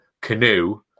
canoe